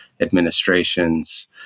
administrations